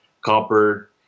copper